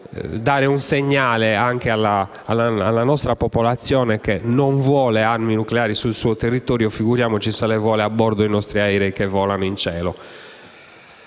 dare un segnale anche alla nostra popolazione che non vuole armi nucleari sul territorio, figuriamoci quindi se le vuole a bordo dei nostri aerei che volano in cielo.